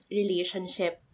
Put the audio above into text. relationship